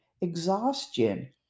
exhaustion